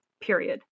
period